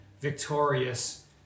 victorious